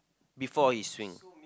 before he swing